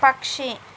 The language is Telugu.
పక్షి